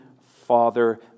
father